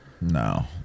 No